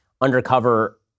undercover